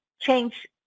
change